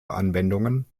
anwendungen